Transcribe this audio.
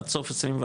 עד סוף 24,